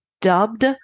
dubbed